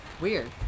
Weird